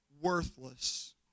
worthless